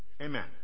Amen